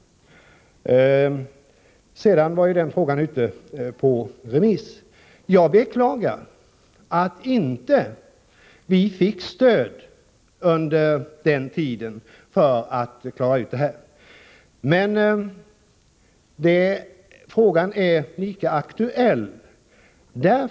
Kommitténs betänkande var sedan ute på remiss. Jag beklagar att vi under vår regeringstid inte fick stöd för att klara av problemen för undantagandepensionärerna. Frågan är emellertid lika aktuell i dag.